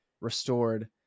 restored